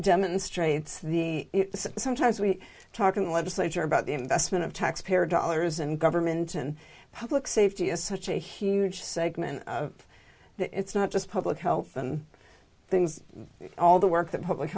demonstrates the sometimes we talking legislature about the investment of taxpayer dollars and government and public safety is such a huge segment that it's not just public health than things all the work that public